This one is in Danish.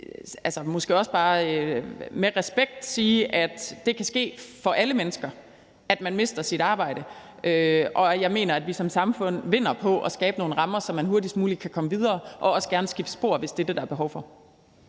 måske også bare med respekt skal sige, at det kan ske for alle mennesker, at man mister sit arbejde. Og jeg mener, at vi som samfund vinder på at skabe nogle rammer, så man hurtigst muligt kan komme videre og også kan skifte spor, hvis det er det, der er behov for.